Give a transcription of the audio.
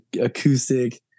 acoustic